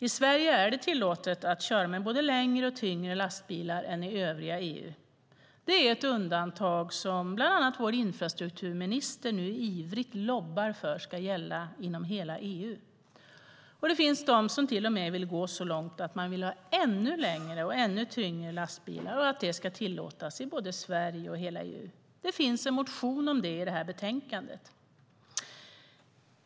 I Sverige är det tillåtet att köra med både längre och tyngre lastbilar än i övriga EU. Det är ett undantag som bland annat vår infrastrukturminister nu ivrigt lobbar för ska gälla inom hela EU. Det finns de som till och med vill gå så långt att de vill att ännu längre och tyngre lastbilar ska tillåtas i både Sverige och hela EU. Det finns en motion om detta i det här betänkandet.